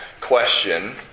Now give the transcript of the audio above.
question